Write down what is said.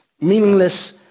Meaningless